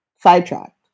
sidetracked